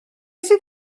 sydd